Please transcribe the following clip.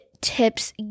tips